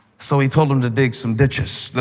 so he told them to dig some ditches.